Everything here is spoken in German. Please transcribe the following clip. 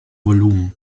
volumen